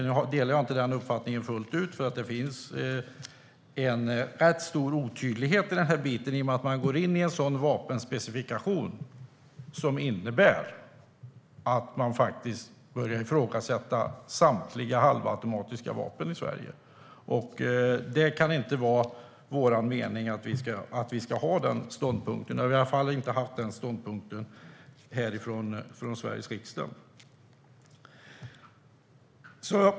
Jag delar inte den uppfattningen fullt ut, för det finns en rätt stor otydlighet i den här biten i och med att man går in i en vapenspecifikation som innebär att samtliga halvautomatiska vapen i Sverige börjar ifrågasättas. Det kan inte vara vår mening att vi ska ha den ståndpunkten. Vi har i alla fall inte haft den här i Sveriges riksdag.